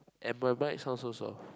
and my mic it sound so soft